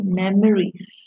memories